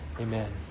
Amen